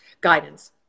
guidance